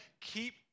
Keep